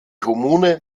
kommune